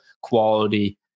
quality